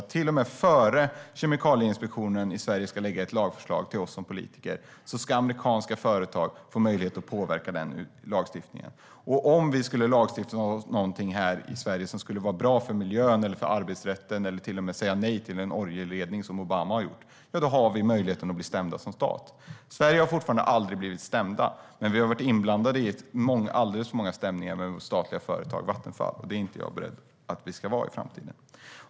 Till och med innan Kemikalieinspektionen ska lägga fram ett förslag till oss politiker ska amerikanska företag ha möjlighet att påverka den lagstiftningen. Om vi skulle lagstifta om någonting här i Sverige som skulle vara bra för miljön, arbetsrätten eller till och med säga nej till en oljeledning som Obama har gjort, då riskerar vi att bli stämda som stat. Sverige har aldrig blivit stämt, men vi har varit inblandade i alldeles för många stämningar när det gäller statliga företag, till exempel Vattenfall. Jag är inte beredd att det ska vara så i framtiden.